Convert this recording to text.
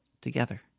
together